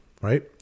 right